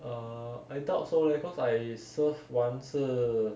err I doubt so leh cause I serve 完是